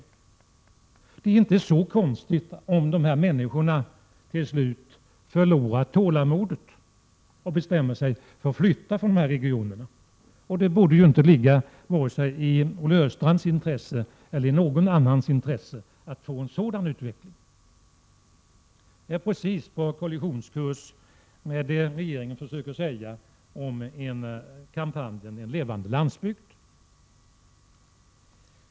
Därför är det inte så konstigt om människorna till slut förlorar tålamodet och bestämmer sig för att flytta. Den utvecklingen borde inte ligga i vare sig Olle Östrands eller någon annans intresse. En sådan utveckling är ju helt på kollisionskurs med det som regeringen försöker säga i och med kampanjen Levande landsbygd.